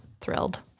thrilled